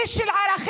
איש של ערכים,